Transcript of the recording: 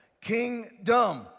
kingdom